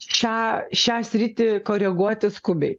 šią šią sritį koreguoti skubiai